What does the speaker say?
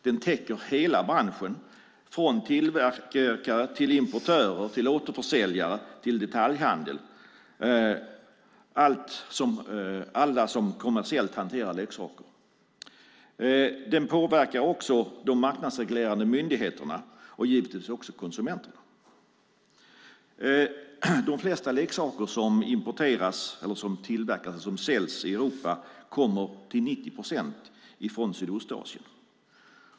Den täcker hela branschen från tillverkare till importörer, återförsäljare och detaljhandel - alla som kommersiellt hanterar leksaker. Den påverkar också de marknadsreglerande myndigheterna och givetvis också konsumenterna. De flesta leksaker som tillverkas och säljs i Europa kommer till 90 procent från Sydostasien.